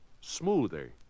Smoother